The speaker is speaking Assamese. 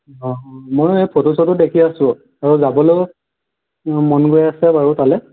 অ ময়ো সেই ফটো চটো দেখি আছোঁ আৰু যাবলৈও মন গৈ আছে বাৰু তালৈ